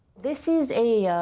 this is a